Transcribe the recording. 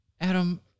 Adam